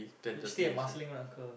you stay at Marsiling right uncle